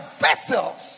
vessels